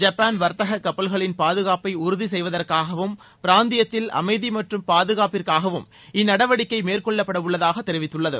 Japan வர்த்தக கப்பல்களின் பாதுகாப்பை உறுதி செய்வதற்காகவும் பிராந்தியத்தில் அமைதி மற்றும் பாதுகாப்பிற்காகவும் இந்நடவடிக்கை மேற்கொள்ளப்படவுள்ளதாக தெரிவித்துள்ளது